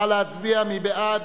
נא להצביע, מי בעד?